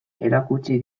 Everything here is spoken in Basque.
erakutsi